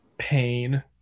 pain